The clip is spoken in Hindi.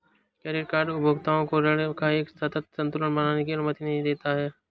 क्रेडिट कार्ड उपभोक्ताओं को ऋण का एक सतत संतुलन बनाने की अनुमति देते हैं